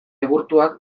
egurtuak